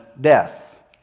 death